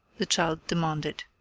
the child demanded.